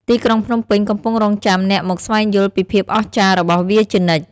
ទីក្រុងភ្នំពេញកំពុងរង់ចាំអ្នកមកស្វែងយល់ពីភាពអស្ចារ្យរបស់វាជានិច្ច។